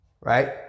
Right